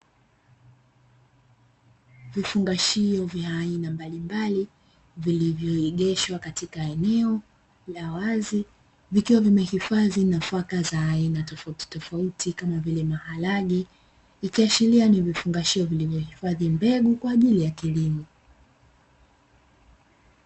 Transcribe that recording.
Vifungashio vya aina mbalimbali vilivyoegeshwa katika eneo la wazi zikiwazimehifadhi nafaka za aina tofauti tofauti kama maharage, ikiashiria ni vifungashio vilivyohifadhi mbegu kwaajili ya kilimo.